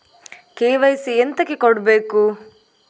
KYC ಎಂತಕೆ ಕೊಡ್ಬೇಕು?